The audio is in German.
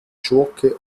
schurke